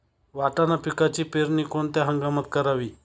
वाटाणा पिकाची पेरणी कोणत्या हंगामात करावी?